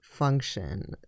function